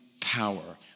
power